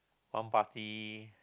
one party